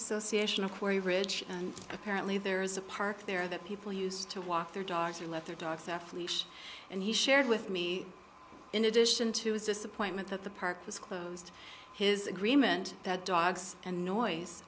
association of corey ridge and apparently there is a park there that people used to walk their dogs or let their dogs off leash and he shared with me in addition to his disappointment that the park was closed his agreement that dogs and noise